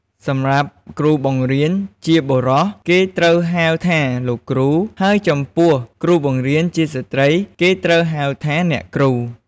សម្រាប់គ្រូបង្រៀនជាបុរស គេត្រូវហៅថា "លោកគ្រូ" ហើយចំពោះគ្រូបង្រៀនជាស្ត្រី គេត្រូវហៅថា "អ្នកគ្រូ" ។